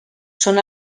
són